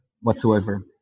whatsoever